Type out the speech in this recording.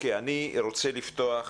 אני רוצה לפתוח.